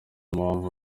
mpamvu